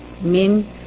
Min